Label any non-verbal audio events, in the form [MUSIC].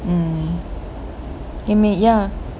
mm [NOISE] ya